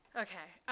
ok.